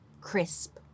crisp